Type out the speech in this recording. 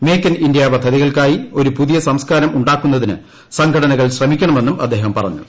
make in India പദ്ധതികൾക്കായി ഒരു പുതിയ സംസ്കാരം ഉണ്ടാക്കുന്നതിന് സംഘടനകൾ ശ്രമിക്കണമെന്നും അദ്ദേഹം പറഞ്ഞു